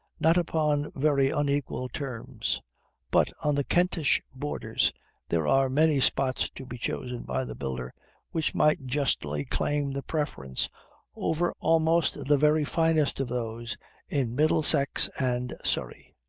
not upon very unequal terms but on the kentish borders there are many spots to be chosen by the builder which might justly claim the preference over almost the very finest of those in middlesex and surrey.